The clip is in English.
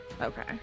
Okay